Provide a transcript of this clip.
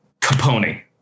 Capone